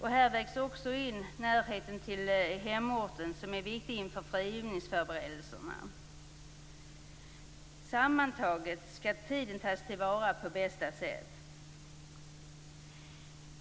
Här vägs också närheten till hemorten in. Den är viktig inför frigivningsförberedelserna. Sammantaget skall tiden tas till vara på bästa sätt.